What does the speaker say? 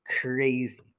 crazy